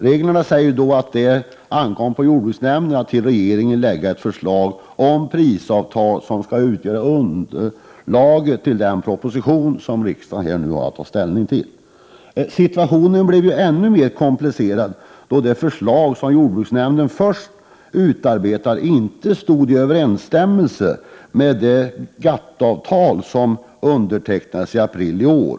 Reglerna säger att det då ankommer på jordbruksnämnden att för regeringen framlägga ett förslag om prisavtal som skall utgöra underlag till den proposition som riksdagen alltså nu har att ta ställning till. Situationen blev ännu mer komplicerad då det förslag som jordbruksnämnden först utarbetat inte stod i överensstämmelse med det GATT-avtal som undertecknades i april i år.